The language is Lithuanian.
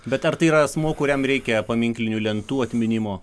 bet ar tai yra asmuo kuriam reikia paminklinių lentų atminimo